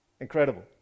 Incredible